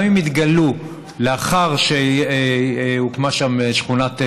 גם אם התגלו לאחר שהוקמה שם שכונת מגורים,